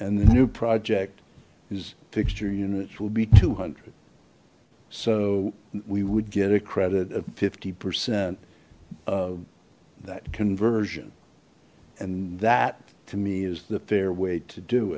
and the new project is fixture units will be two hundred so we would get a credit of fifty percent of that conversion and that to me is the fair way to do